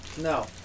No